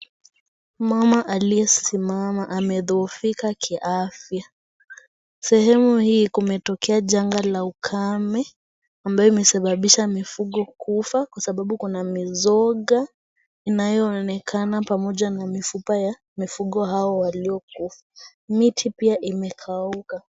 Mama, alisi mama, amedhoofika kiafya. Sehemu hii kumetokea janga la ukame, ambayo imesebabisha mifugo kufa sababu kuna mizoga, inayoonekana pamoja na mifupa ya mifugo au walioko. Miti pia imekauka.